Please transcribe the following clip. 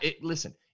listen